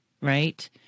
right